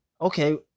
okay